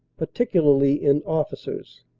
particularly in officers.